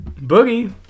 Boogie